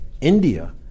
India